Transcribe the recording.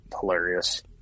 hilarious